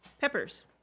peppers